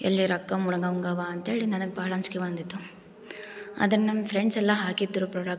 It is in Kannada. ಎಲ್ಲಿ ರೊಕ್ಕ ಮುಳುಗಂಗಾವ ಅಂತೇಳಿ ನನಗೆ ಭಾಳ ಅಂಜಿಕೆ ಬಂದಿತ್ತು ಆದರೆ ನನ್ನ ಫ್ರೆಂಡ್ಸ್ ಎಲ್ಲ ಹಾಕಿದ್ರು ಪ್ರಾಡಕ್ಟ್